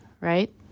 right